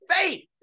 faith